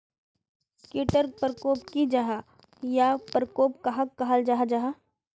कीट टर परकोप की जाहा या परकोप कहाक कहाल जाहा जाहा?